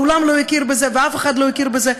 העולם לא יכיר בזה ואף אחד לא יכיר בזה,